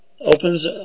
opens